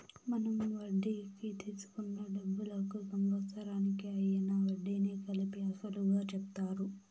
మనం వడ్డీకి తీసుకున్న డబ్బులకు సంవత్సరానికి అయ్యిన వడ్డీని కలిపి అసలుగా చెప్తారు